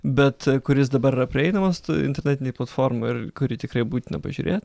bet kuris dabar yra prieinamas internetinėj platformoj ir kurį tikrai būtina pažiūrėt